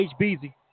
Hbz